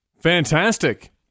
fantastic